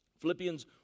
Philippians